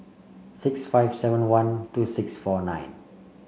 six five seven one two six four nine